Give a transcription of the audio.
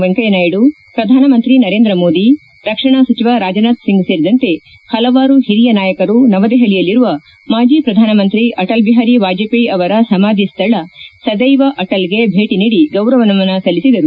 ವೆಂಕಯ್ಯನಾಯ್ತು ಪ್ರಧಾನಮಂತ್ರಿ ನರೇಂದ್ರ ಮೋದಿ ರಕ್ಷಣಾ ಸಚಿವ ರಾಜನಾಥ್ ಸಿಂಗ್ ಸೇರಿದಂತೆ ಪಲವಾರು ಹಿರಿಯ ನಾಯಕರು ನವದೆಪಲಿಯಲ್ಲಿರುವ ಮಾಜಿ ಪ್ರಧಾನಮಂತ್ರಿ ಅಟಲ್ ಬಿಹಾರಿ ವಾಜಪೇಯಿ ಅವರ ಸಮಾಧಿ ಸ್ನಳ ಸದ್ನೆವ ಅಟಲ್ ಗೆ ಭೇಟಿ ನೀಡಿ ಗೌರವ ನಮನ ಸಲ್ಲಿಸಿದರು